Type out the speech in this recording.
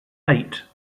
eight